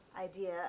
idea